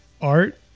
Art